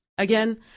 Again